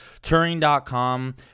Turing.com